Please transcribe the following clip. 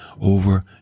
over